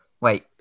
Wait